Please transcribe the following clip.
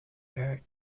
barrett